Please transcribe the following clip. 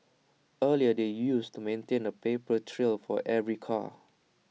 earlier they used to maintain A paper trail for every car